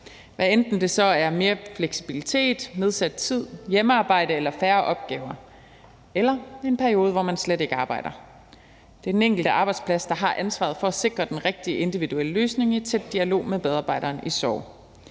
hvad enten det så er mere fleksibilitet, nedsat tid, hjemmearbejde eller færre opgaver eller en periode, hvor man slet ikke arbejder. Det er den enkelte arbejdsplads, der har ansvaret for at sikre den rigtige individuelle løsning i tæt dialog med medarbejderen i sorg.